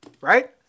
Right